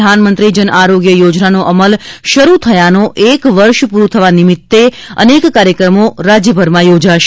પ્રધાનમંત્રી જન આરોગ્ય યોજનાનો અમલ શરૂ થયાનો એક વર્ષ પૂરું થવા નિમિત્તે અનેક કાર્યક્રમો રાજ્યભરમાં યોજાશે